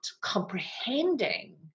comprehending